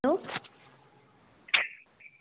hello